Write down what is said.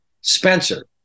Spencer